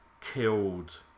killed